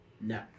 No